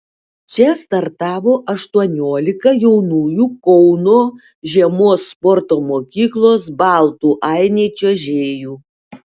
čia startavo aštuoniolika jaunųjų kauno žiemos sporto mokyklos baltų ainiai čiuožėjų